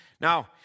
Now